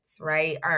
right